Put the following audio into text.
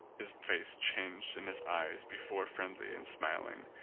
his face changed and his eyes, before friendly and smiling,